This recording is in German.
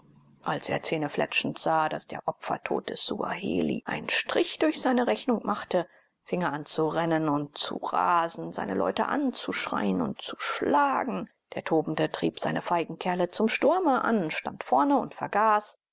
als er zähnefletschend sah daß der opfertod des suaheli einen strich durch seine rechnung machte fing er an zu rennen und zu rasen seine leute anzuschreien und zu schlagen der tobende trieb seine feigen kerle zum sturme an stand vorne und vergaß